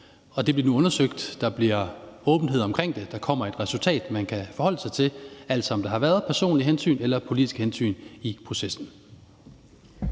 Det bliver nu undersøgt. Der bliver åbenhed omkring det. Der kommer et resultat, man kan forholde sig til – altså, om der har været personlige hensyn eller politiske hensyn i processen.